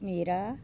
ਮੇਰਾ